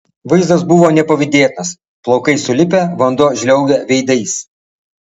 vaizdas buvo nepavydėtinas plaukai sulipę vanduo žliaugia veidais